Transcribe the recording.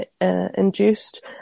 induced